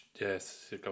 Yes